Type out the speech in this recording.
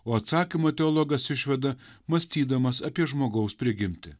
o atsakymo teologas išveda mąstydamas apie žmogaus prigimtį